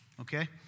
okay